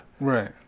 Right